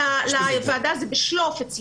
זה אצלי בשלוף,